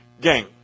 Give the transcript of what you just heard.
Gang